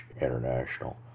International